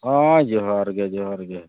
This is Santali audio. ᱦᱮᱸ ᱡᱚᱸᱦᱟᱨᱜᱮ ᱡᱚᱸᱦᱟᱨᱜᱮ